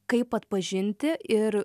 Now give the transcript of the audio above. kaip atpažinti ir